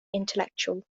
intellectual